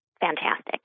fantastic